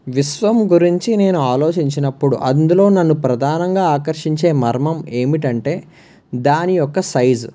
విశ్వం గురించి నేను ఆలోచించినప్పుడు అందులో నన్ను ప్రధానంగా ఆకర్షించే మర్మం ఏమిటంటే దాని యొక్క సైజు